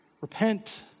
repent